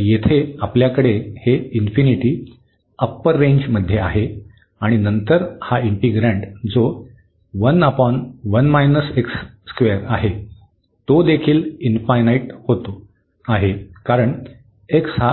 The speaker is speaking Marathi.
तर येथे आपल्याकडे हे अप्पर रेंज मध्ये आहे आणि नंतर हा इन्टीग्रन्ड जो आहे तोदेखील होते आहे कारण x हा